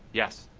yes.